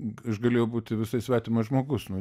aš galėjau būti visai svetimas žmogus nu